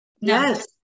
Yes